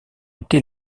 été